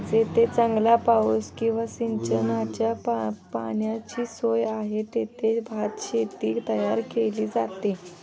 जेथे चांगला पाऊस किंवा सिंचनाच्या पाण्याची सोय आहे, तेथे भातशेती तयार केली जाते